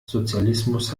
sozialismus